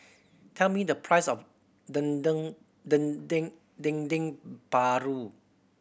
tell me the price of dendeng paru